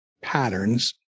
patterns